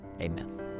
Amen